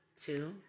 Two